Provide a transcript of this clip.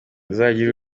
izagira